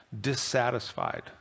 dissatisfied